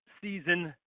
season